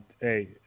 Hey